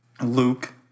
Luke